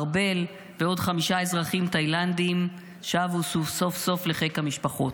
ארבל ועוד חמישה אזרחים תאילנדים שבו סוף-סוף לחיק המשפחות.